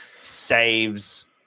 saves